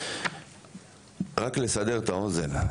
רק לסבר את האוזן,